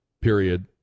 period